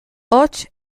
hots